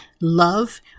love